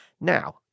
Now